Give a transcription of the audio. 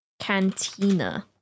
cantina